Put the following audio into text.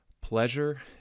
pleasure